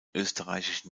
österreichischen